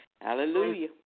Hallelujah